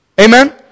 Amen